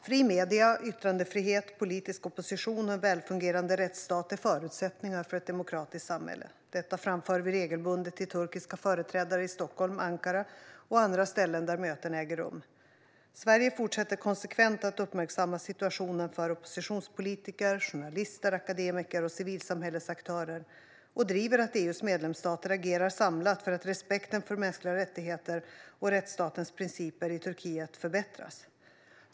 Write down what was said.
Fria medier, yttrandefrihet, politisk opposition och en välfungerande rättsstat är förutsättningar för ett demokratiskt samhälle. Detta framför vi regelbundet till turkiska företrädare i Stockholm, i Ankara och på andra ställen där möten äger rum. Sverige fortsätter konsekvent att uppmärksamma situationen för oppositionspolitiker, journalister, akademiker och civilsamhällesaktörer och driver att EU:s medlemsstater agerar samlat för att respekten för mänskliga rättigheter och rättsstatens principer i Turkiet förbättras.